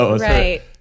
Right